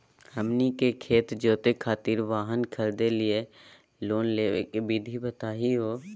हमनी के खेत जोते खातीर वाहन खरीदे लिये लोन लेवे के विधि बताही हो?